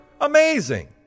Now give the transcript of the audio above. Amazing